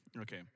Okay